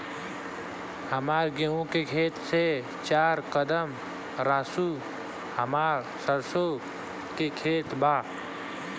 हमार गेहू के खेत से चार कदम रासु हमार सरसों के खेत बा